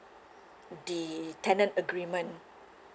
the tenant agreement